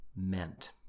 meant